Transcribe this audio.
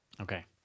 Okay